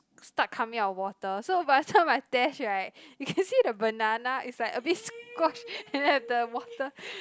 start coming out with water so by the time I test right you can see the banana is like a bit squash and that the water